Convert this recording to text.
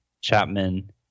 Chapman